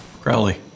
Crowley